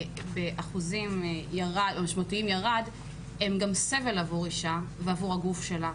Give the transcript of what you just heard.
באחוזים משמעותיים הם גם סבל עבור אישה ועבור הגוף שלה.